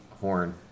horn